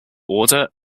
order